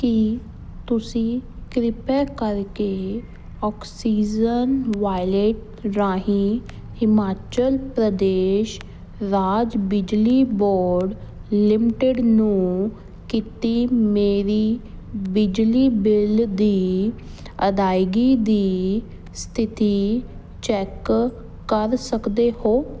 ਕੀ ਤੁਸੀਂ ਕਿਰਪਾ ਕਰਕੇ ਆਕਸੀਜਨ ਵਾਲਿਟ ਰਾਹੀਂ ਹਿਮਾਚਲ ਪ੍ਰਦੇਸ਼ ਰਾਜ ਬਿਜਲੀ ਬੋਰਡ ਲਿਮਟਿਡ ਨੂੰ ਕੀਤੀ ਮੇਰੀ ਬਿਜਲੀ ਬਿੱਲ ਦੀ ਅਦਾਇਗੀ ਦੀ ਸਥਿਤੀ ਚੈਕ ਕਰ ਸਕਦੇ ਹੋ